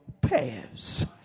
pass